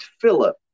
Philip